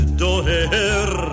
doher